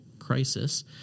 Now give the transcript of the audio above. crisis